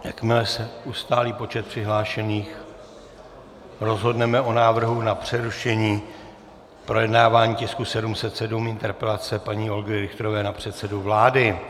Jakmile se ustálí počet přihlášených, rozhodneme o návrhu na přerušení projednávání tisku 707, interpelace paní Olgy Richterové na předsedu vlády.